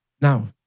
Now